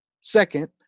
Second